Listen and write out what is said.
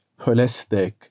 holistic